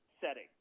setting